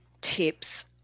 tips